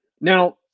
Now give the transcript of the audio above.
Now